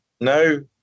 no